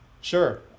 Sure